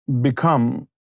become